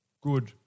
Good